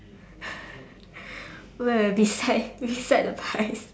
where beside beside the pie